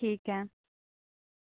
ठीक ऐ